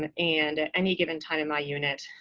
and and at any given time in my unit,